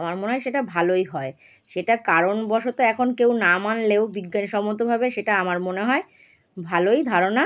আমার মনে হয় সেটা ভালোই হয় সেটা কারণবশত এখন কেউ না মানলেও বিজ্ঞানসম্মতভাবে সেটা আমার মনে হয় ভালোই ধারণা